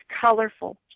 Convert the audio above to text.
colorful